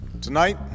Tonight